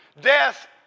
death